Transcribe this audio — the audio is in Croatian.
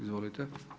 Izvolite.